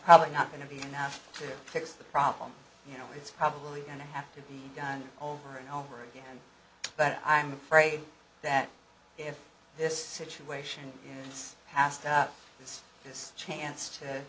probably not going to be enough to fix the problem you know it's probably going to have to be done over and over again but i'm afraid that if this situation passed up it's this chance to